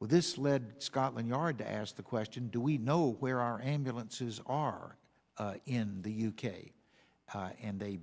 with this lead scotland yard to ask the question do we know where our ambulances are in the u k and they